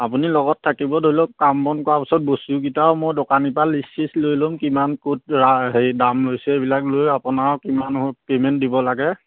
আপুনি লগত থাকিব ধৰি লওক কাম বন কৰা পাছত বস্তুকিটাও মই দোকানীৰ পৰা লিষ্ট ছিষ্ট লৈ ল'ম কিমান ক'ত হেৰি দাম লৈছে এইবিলাক লৈ আপোনাৰ কিমান হ'ল পেমেণ্ট দিব লাগে